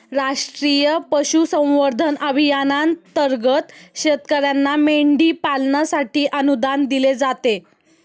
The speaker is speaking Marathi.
राष्ट्रीय पशुसंवर्धन अभियानांतर्गत शेतकर्यांना मेंढी पालनासाठी अनुदान दिले जाते